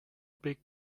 big